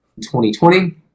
2020